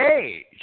age